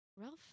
Ralph